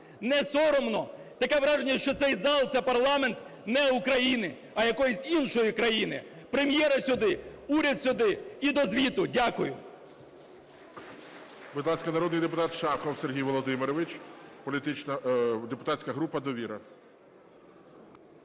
Не соромно? Таке враження, що цей зал – це парламент не України, а якоїсь іншої країни. Прем'єра сюди, уряд сюди – і до звіту. Дякую.